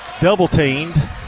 Double-teamed